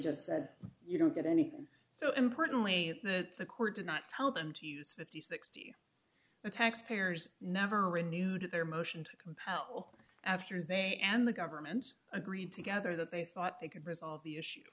just said you don't get anything so importantly that the court did not tell them to use five thousand and sixty the taxpayer's never renewed their motion to compel after they and the government agreed together that they thought they could resolve the issue